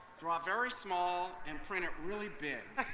draw very small and print it really big.